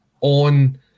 on